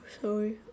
sorry